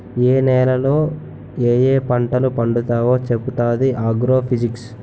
ఏ నేలలో యాయా పంటలు పండుతావో చెప్పుతాది ఆగ్రో ఫిజిక్స్